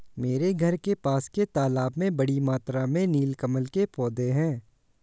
मेरे घर के पास के तालाब में बड़ी मात्रा में नील कमल के पौधें हैं